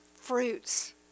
fruits